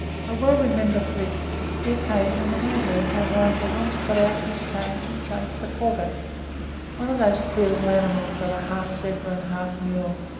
i well remember, for instance, the occasion when i heard how rajah once got out of his cage and chased a quagga one of those queer little animals that are half zebra and half mule.